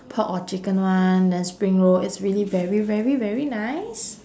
pork or chicken one then spring roll it's really very very very nice